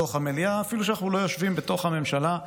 בתוך המליאה, אפילו שאנחנו לא יושבים בתוך הממשלה,